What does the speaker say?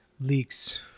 Leaks